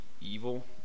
evil